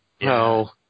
No